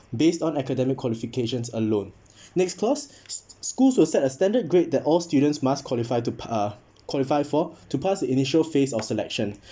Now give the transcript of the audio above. based on academic qualifications alone next clause s~ schools will set a standard grade that all students must qualify to p~ uh qualify for to pass the initial phase of selection